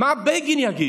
מה בגין יגיד?